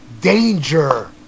danger